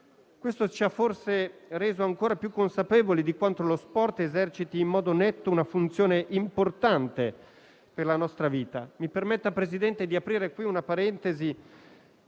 Questo ci ha forse resi ancora più consapevoli di quanto lo sport eserciti in modo netto una funzione importante per la nostra vita. Mi permetta, signor Presidente, di aprire qui una parentesi,